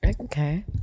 okay